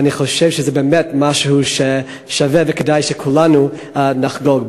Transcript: ואני חושב שזה באמת משהו ששווה וכדאי שכולנו נחגוג.